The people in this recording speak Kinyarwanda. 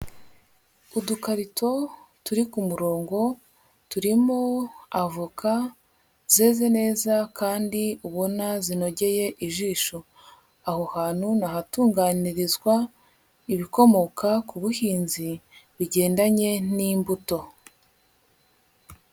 Udukarito turi ku murongo, turimo avoka zeze neza, kandi ubona zinogeye ijisho, aho hantu n'ahatunganyirizwa ibikomoka ku buhinzi bigendanye n'imbuto.